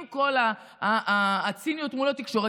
עם כל הציניות מול התקשורת,